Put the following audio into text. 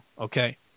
okay